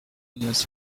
years